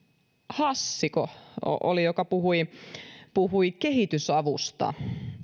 hassiko oli joka puhui puhui kehitysavusta